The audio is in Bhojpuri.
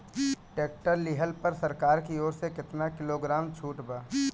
टैक्टर लिहला पर सरकार की ओर से केतना किलोग्राम छूट बा?